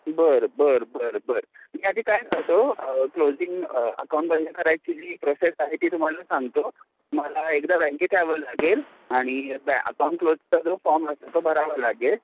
बर बर बर बर मी आधी काय करतो क्लोझिंग अकाऊंट बंद करायची जी प्रोसेस आहे ती तुम्हाला सांगतो तुम्हाला एकदा बँकेत यावं लागेल आणि बॅ अकाऊंट क्लोजचा जो फॉर्म असो तो भरावा लागेल